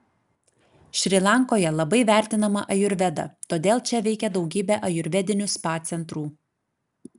šri lankoje labai vertinama ajurveda todėl čia veikia daugybė ajurvedinių spa centrų